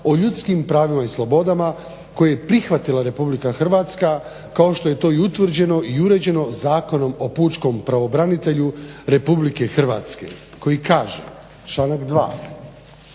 o ljudskim pravima i slobodama koje je prihvatila RH kao što je to i utvrđeno i uređeno Zakonom o pučkom pravobranitelju RH koji kaže članak 2.